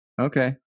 Okay